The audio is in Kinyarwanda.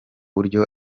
buryo